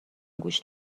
گوشت